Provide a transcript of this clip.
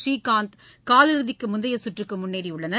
புநீகாந்த் காலிறுதிக்குமுந்தையசுற்றுக்குமுன்னேறியுள்ளனர்